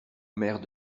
mère